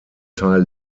teil